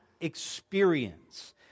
experience